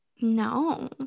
No